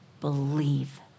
Believe